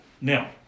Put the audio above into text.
Now